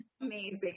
Amazing